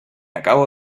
acabo